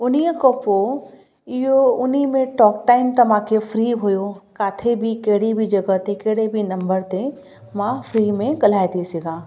उन्हीअ खां पोइ इहो उन्हीअ में टॉक टाईम त मांखे फ्री हुओ काथे बि कहिड़ी बि जॻह ते कहिड़े बि नम्बर ते मां फ्री में ॻल्हाए थी सघां